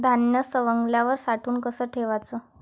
धान्य सवंगल्यावर साठवून कस ठेवाच?